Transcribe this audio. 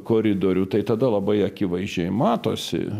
koridorių tai tada labai akivaizdžiai matosi